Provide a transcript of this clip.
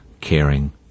caring